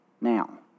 now